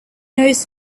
knows